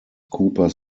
cooper